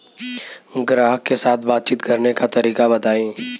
ग्राहक के साथ बातचीत करने का तरीका बताई?